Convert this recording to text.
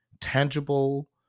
tangible